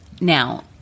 Now